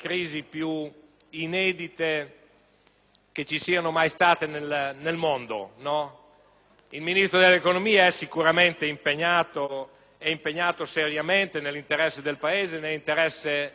che ci siano mai state nel mondo ed il Ministro dell'economia è sicuramente impegnato con serietà nell'interesse del Paese e di tutti noi,